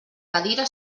cadira